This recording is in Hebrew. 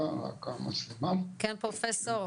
שלום.